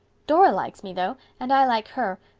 dora likes me though, and i like her,